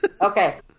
okay